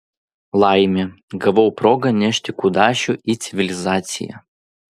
laimė gavau progą nešti kudašių į civilizaciją